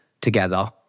together